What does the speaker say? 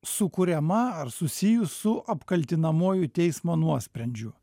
sukuriama ar susijus su apkaltinamuoju teismo nuosprendžiu